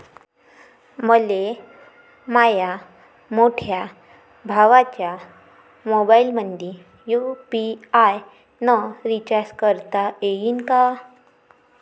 मले माह्या मोठ्या भावाच्या मोबाईलमंदी यू.पी.आय न रिचार्ज करता येईन का?